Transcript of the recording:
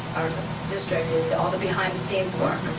our district, is all the behind-the-scenes work.